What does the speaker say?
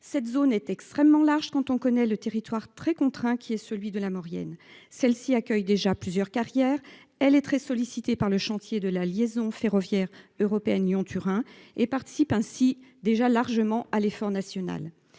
Cette zone est extrêmement large, quand on connaît le territoire très contraint qui est celui de la Maurienne. Celle-ci accueille déjà plusieurs carrières. Elle est très sollicité par le chantier de la liaison ferroviaire européenne Lyon Turin et participent ainsi déjà largement à l'effort national.